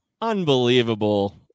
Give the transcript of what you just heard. Unbelievable